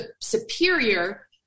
superior